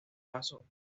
paso